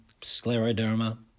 scleroderma